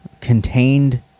contained